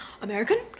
American